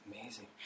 amazing